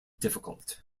difficult